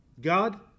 God